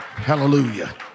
Hallelujah